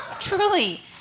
Truly